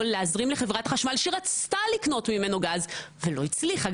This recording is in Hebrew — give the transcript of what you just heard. להזרים לחברת חשמל שרצתה לקנות ממנו גז ולא הצליחה,